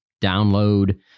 download